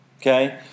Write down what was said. Okay